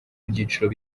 byiciro